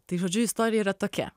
tai žodžiu istorija yra tokia